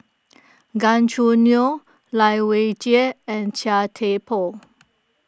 Gan Choo Neo Lai Weijie and Chia Thye Poh